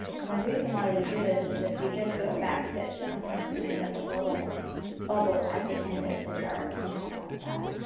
and the reason why we do this is if you just do a back stitch sometimes you end up with a little bubble at the end of the dart, and we don't want that.